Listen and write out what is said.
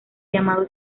llamado